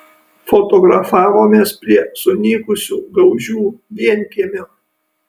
fotografavomės prie sunykusio graužių vienkiemio